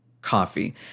coffee